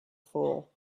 fool